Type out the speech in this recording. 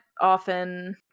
often